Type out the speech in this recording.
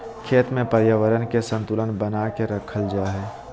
खेत में पर्यावरण के संतुलन बना के रखल जा हइ